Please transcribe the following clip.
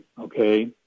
okay